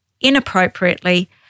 inappropriately